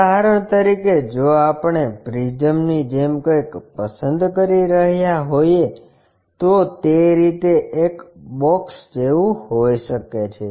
ઉદાહરણ તરીકે જો આપણે પ્રિઝમની જેમ કંઈક પસંદ કરી રહ્યાં હોઈએ તો તે રીતે એક બોક્સ જેવું હોઈ શકે છે